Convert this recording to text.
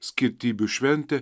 skirtybių šventė